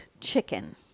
chicken